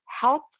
help